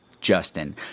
Justin